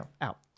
out